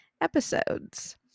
episodes